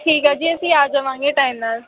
ਠੀਕ ਹੈ ਜੀ ਅਸੀਂ ਆ ਜਾਵਾਂਗੇ ਟਾਈਮ ਨਾਲ